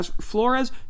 Flores